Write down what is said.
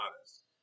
honest